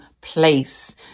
place